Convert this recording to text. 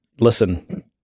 listen